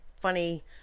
funny